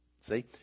See